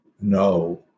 no